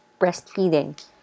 breastfeeding